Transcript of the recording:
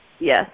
Yes